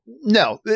No